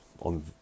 on